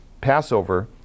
Passover